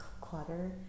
clutter